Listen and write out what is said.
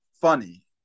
funny